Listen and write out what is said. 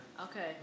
Okay